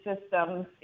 systems